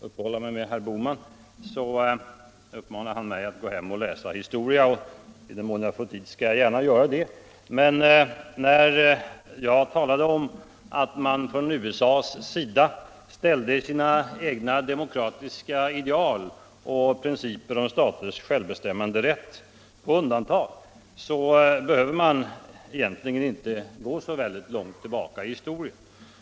Herr Bohman uppmanade mig att gå hem och läsa historia, och i den mån jag får tid skall jag gärna göra det. Men när jag talade om att USA satte sina egna ideal och principer om staters självbestämmanderätt på undantag, behöver man egentligen inte gå så långt tillbaka i historien.